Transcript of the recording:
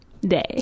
day